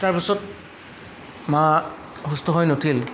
তাৰপিছত মাহ সুস্থ হৈ নুঠিল